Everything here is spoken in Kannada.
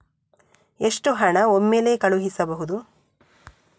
ಎಷ್ಟು ಹಣ ಒಮ್ಮೆಲೇ ಕಳುಹಿಸಬಹುದು?